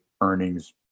earnings